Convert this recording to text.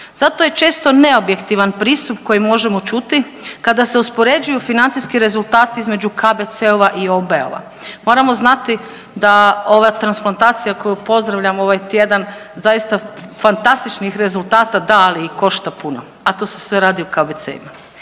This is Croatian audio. Zato je često neobjektivan pristup koji možemo čuti kada se uspoređuju financijski rezultati između KBC-ova i OB-ova. Moramo znati da ova transplantacija koju pozdravljamo ovaj tjedan, zaista fantastičnih rezultata da, ali i košta puno, a to se sve radi u KBC-ima.